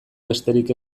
besterik